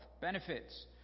benefits